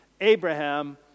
Abraham